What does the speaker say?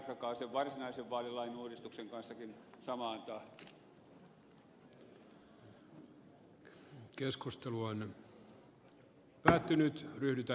jatkakaa sen varsinaisen vaalilain uudistuksen kanssakin samaan tahtiin